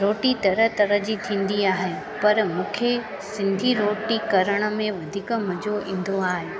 रोटी तरह तरह जी थींदी आहे पर मूंखे सिंधी रोटी करण में वधीक मज़ो ईंदो आहे